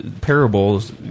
parables